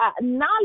Knowledge